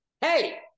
Hey